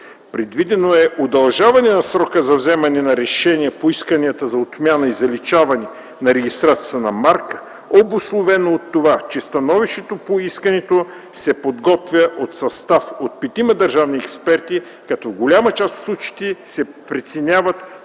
предвидено е удължаване на срока за вземане на решения по исканията за отмяна и заличаване на регистрацията на марка, обусловена от това, че становището по искането се подготвя от състав от петима държавни експерти, като в голяма част от случаите се преценяват